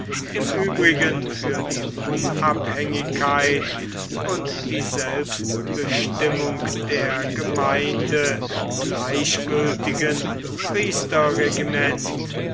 im übrigen für die unabhängigkeit und die selbstbestimmung der gemeinde gleichgültigen